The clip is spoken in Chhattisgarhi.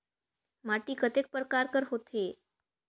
माटी कतेक परकार कर होथे?